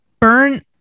burn